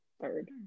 third